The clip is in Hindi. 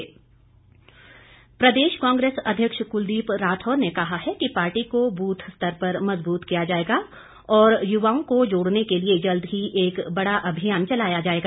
राठौर प्रदेश कांग्रेस अध्यक्ष कुलदीप राठौर ने कहा है कि पार्टी को बूथ स्तर पर मजबूत किया जाएगा और युवाओं को जोड़ने के लिए जल्द ही एक बड़ा अभियान चलाया जाएगा